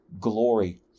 glory